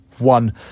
One